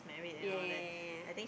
yea yea yea yea